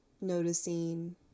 noticing